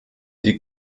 die